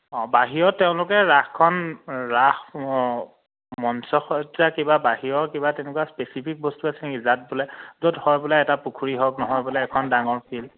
অঁ বাহিৰত তেওঁলোকে ৰাসখন ৰাস মঞ্চসজ্জা কিবা বাহিৰৰ কিবা তেনেকুৱা স্পেচিফিক বস্তু আছে নেকি যাক বোলে য'ত হয় বোলে এটা পুখুৰী হওক নহয় বোলে এখন ডাঙৰ ফিল্ড